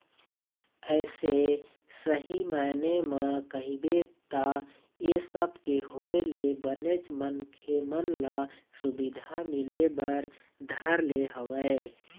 अइसे सही मायने म कहिबे त ऐ सब के होय ले बनेच मनखे मन ल सुबिधा मिले बर धर ले हवय